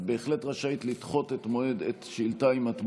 את בהחלט רשאית לדחות את השאילתה אם את מעוניינת.